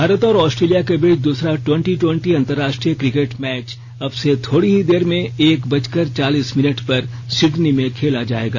भारत और ऑस्ट्रेलिया के बीच दूसरा टवेंटी टवेंटी अंतर्राष्ट्रीय क्रिकेट मैच अब से थोड़ी दी देर में एक बजकर चालीस मिनट पर सिडनी में खेला जाएगा